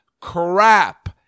crap